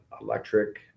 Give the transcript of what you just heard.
electric